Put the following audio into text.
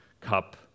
cup